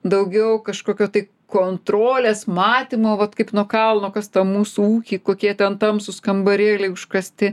daugiau kažkokio tai kontrolės matymo vat kaip nuo kalno kas tam mūsų ūky kokie ten tamsūs kambarėliai užkasti